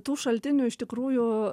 tų šaltinių iš tikrųjų